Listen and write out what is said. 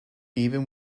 even